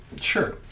Sure